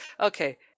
Okay